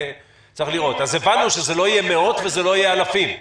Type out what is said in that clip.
הבנו שלא יהיו מאות ולא יהיו אלפים.